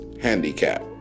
handicap